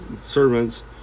servants